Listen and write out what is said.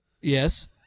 Yes